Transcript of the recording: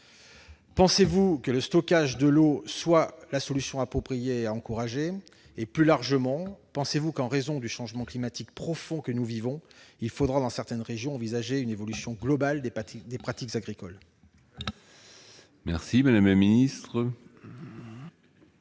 pensez-vous que le stockage de l'eau soit la solution appropriée à encourager ? Plus largement, pensez-vous qu'en raison du changement climatique profond que nous vivons, il faudra, dans certaines régions, envisager une évolution globale des pratiques agricoles ? Très bien ! La parole